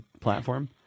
platform